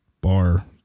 bar